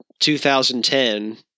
2010